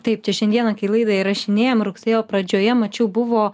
taip čia šiandieną kai laidą įrašinėjam rugsėjo pradžioje mačiau buvo